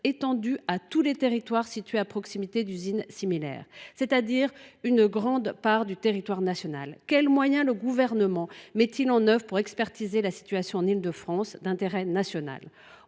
étendue à tous les territoires situés à proximité d’usines similaires, c’est à dire à une grande part du territoire national. Quels moyens le Gouvernement met il en œuvre pour expertiser la situation en Île de France, qui revêt un intérêt national ?